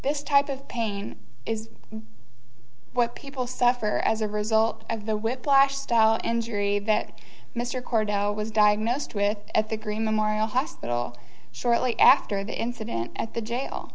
this type of pain is what people suffer as a result of the whiplash style injury that mr cordell was diagnosed with at the green memorial hospital shortly after the incident at the jail